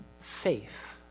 faith